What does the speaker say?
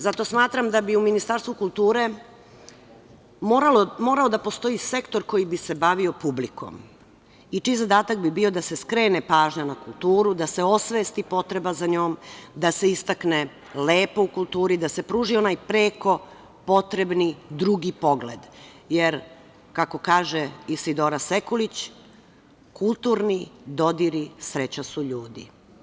Zato smatram da bi u Ministarstvu kulture morao da postoji sektor koji bi se bavio publikom i čiji zadatak bi bio da se skrene pažnja na kulturu, da se osvesti potreba za njom, da se istakne lepo u kulturi, da se pruži onaj preko potrebni drugi pogled, jer, kako kaže Isidora Sekulić - kulturni dodiri sreća su ljudi.